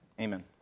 Amen